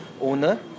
owner